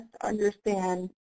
understand